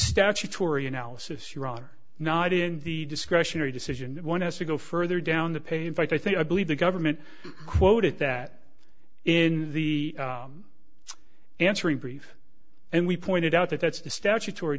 statutory analysis you are not in the discretionary decision one has to go further down the page in fact i think i believe the government quoted that in the answer brief and we pointed out that that's a statutory